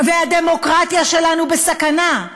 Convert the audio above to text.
והדמוקרטיה שלנו בסכנה.